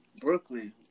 brooklyn